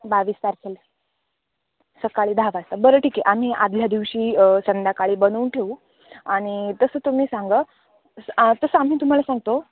बावीस तारखेला सकाळी दहा वाजता बरं ठीक आहे आम्ही आधल्या दिवशी संध्याकाळी बनवून ठेवू आणि तसं तुम्ही सांगा तसं आम्ही तुम्हाला सांगतो